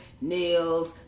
nails